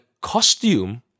costume